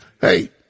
hey